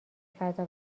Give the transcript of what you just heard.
فضا